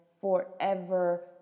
forever